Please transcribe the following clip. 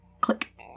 Click